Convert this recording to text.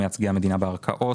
מייצגי המדינה בערכאות.